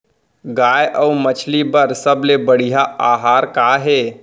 गाय अऊ मछली बर सबले बढ़िया आहार का हे?